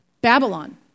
Babylon